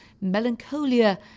melancholia